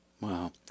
Wow